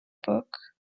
book